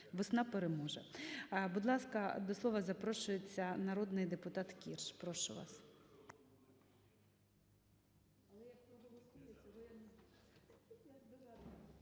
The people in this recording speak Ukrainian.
Весна переможе. Будь ласка, до слова запрошується народний депутат Кірш. Прошу вас.